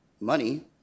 money